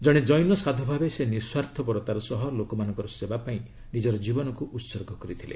ଜଣେ ଜୈନ ସାଧୁ ଭାବେ ସେ ନିଃସ୍ୱାର୍ଥପରତାର ସହ ଲୋକମାନଙ୍କର ସେବାପାଇଁ ନିଜର ଜୀବନକୁ ଉତ୍ସର୍ଗ କରିଥିଲେ